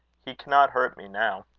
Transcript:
he cannot hurt me now.